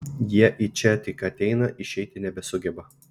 jie į čia tik ateina išeiti nebesugeba